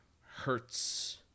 hurts